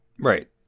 right